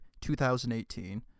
2018